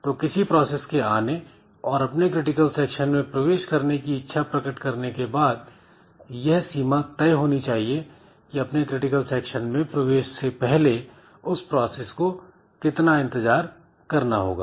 तो किसी प्रोसेस के आने और अपने क्रिटिकल सेक्शन में प्रवेश करने की इच्छा प्रकट करने के बाद यह सीमा तय होनी चाहिए की अपने क्रिटिकल सेक्शन में प्रवेश से पहले उस प्रोसेस को कितना इंतजार करना होगा